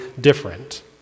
different